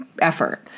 Effort